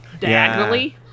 Diagonally